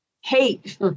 hate